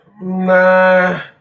Nah